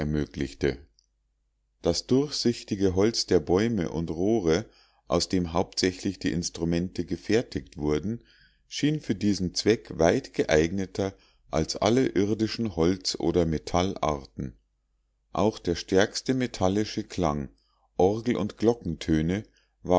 ermöglichte das durchsichtige holz der bäume und rohre aus dem hauptsächlich die instrumente gefertigt wurden schien für diesen zweck weit geeigneter als alle irdischen holz oder metallarten auch der stärkste metallische klang orgel und glockentöne